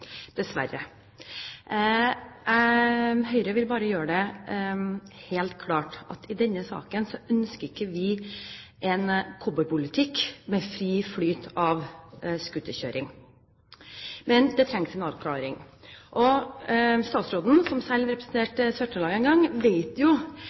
i denne saken med fri flyt av scooterkjøring, men det trengs en avklaring. Statsråden, som selv